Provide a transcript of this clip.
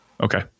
Okay